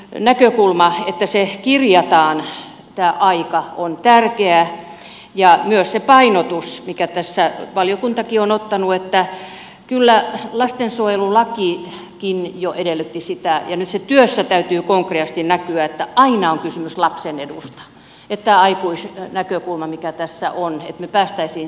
tämä näkökulma että kirjataan tämä aika on tärkeä ja myös se painotus minkä tässä valiokuntakin on ottanut että kyllä lastensuojelulakikin jo edellytti sitä ja nyt sen työssä täytyy konkreettisesti näkyä että aina on kysymys lapsen edusta että tästä aikuisnäkökulmasta mikä tässä on me pääsisimme pois